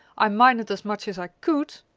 i minded as much as i could.